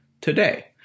today